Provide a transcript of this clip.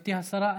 לגברתי השרה.